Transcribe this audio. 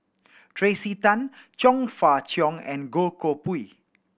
Tracey Tan Chong Fah Cheong and Goh Koh Pui